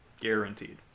Guaranteed